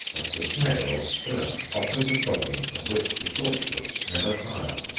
but the tail, or spur, offers a problem of which the thoughtful never tire.